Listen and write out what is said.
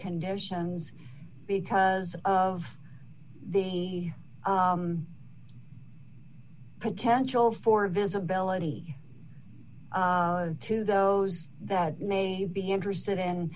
conditions because of the potential for visibility to those that may be interested in